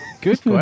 Good